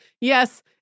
Yes